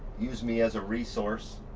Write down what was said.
use me as a resource.